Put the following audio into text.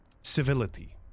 civility